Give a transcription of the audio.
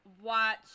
watch